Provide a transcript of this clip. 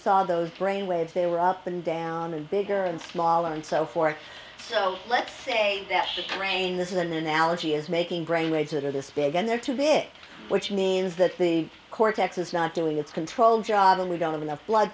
saw those brain waves they were up and down and bigger and smaller and so forth so let's say that the brain this is an analogy is making brain waves that are this big and they're too big which means that the cortex is not doing its control job and we don't have enough blood